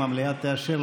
אם המליאה תאשר,